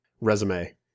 resume